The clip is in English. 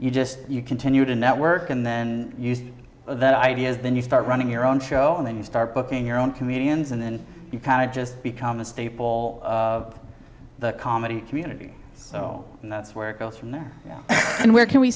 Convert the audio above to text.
you just you continue to network and then you see that ideas then you start running your own show and then you start booking your own comedians and then you kind of just become a staple of the comedy community so that's where it goes from there and where can we